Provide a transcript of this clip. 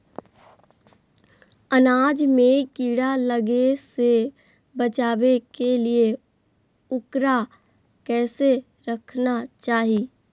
अनाज में कीड़ा लगे से बचावे के लिए, उकरा कैसे रखना चाही?